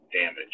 damage